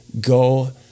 go